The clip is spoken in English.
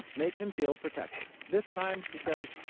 make him feel protected. this time, he says,